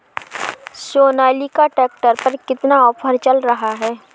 Sonalika tractor पर कितना offer चल रहा है?